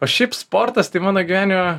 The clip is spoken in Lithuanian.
o šiaip sportas tai mano gyvenime